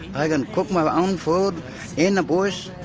i can cook my own food in the bush,